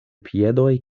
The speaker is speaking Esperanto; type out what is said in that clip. piedoj